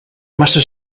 massa